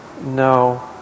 no